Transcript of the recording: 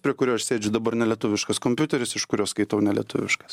prie kurio aš sėdžiu dabar nelietuviškas kompiuteris iš kurio skaitau nelietuviškas